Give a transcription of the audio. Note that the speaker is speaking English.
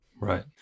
Right